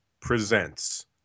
presents